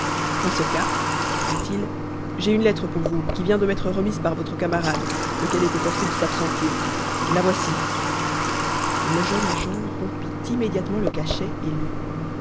en ce cas dit-il j'ai une lettre pour vous qui vient de m'être remise par votre camarade lequel était forcé de s'absenter la voici le jeune agent rompit immédiatement le cachet et